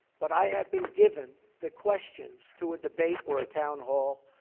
but i have been given the questions to a debate or a town hall,